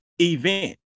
event